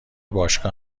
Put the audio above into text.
باشگاه